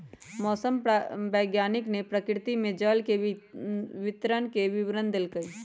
मौसम वैज्ञानिक ने प्रकृति में जल के वितरण के विवरण देल कई